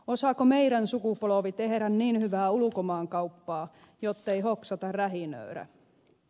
osaako meirän sukupolovi tehrä niin hyvää ulukomaankauppaa jottei hoksata rähinöörä